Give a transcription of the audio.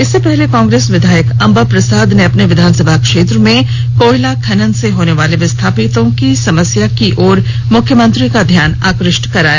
इससे पहले कांग्रेस विधायक अम्बा प्रसाद ने अपने विधानसभा क्षेत्र में कोयला खनन से होने वाले विस्थापितों की समस्या की ओर मुख्यमंत्री का ध्यान आकृष्ट कराया